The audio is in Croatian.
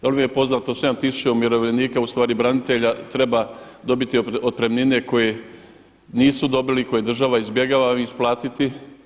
Da li vam je poznato da 7 tisuća umirovljenika ustvari branitelja treba dobiti otpremnine koje nisu dobili, koje država izbjegava isplatiti.